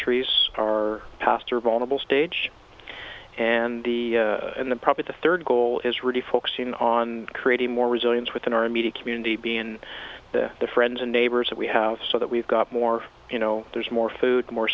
trees are past are vulnerable stage and the and the probably the third goal is really focusing on creating more resilience within our immediate community be in the friends and neighbors that we have so that we've got more you know there's more food more